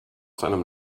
seinem